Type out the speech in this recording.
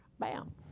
Bam